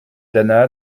d’anna